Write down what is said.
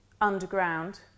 underground